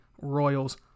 Royals